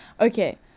Okay